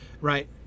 right